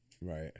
right